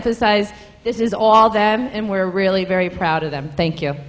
emphasize this is all them and we're really very proud of them thank you